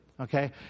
Okay